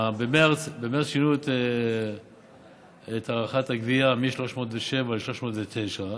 במרס שינו את הערכת הגבייה מ-307 ל-309,